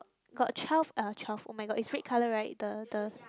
got twelve uh twelve oh-my-god is red color right the the